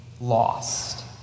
lost